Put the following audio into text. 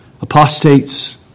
apostates